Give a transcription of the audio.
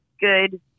good